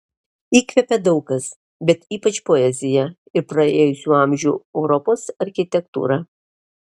įkvepia daug kas bet ypač poezija ir praėjusių amžių europos architektūra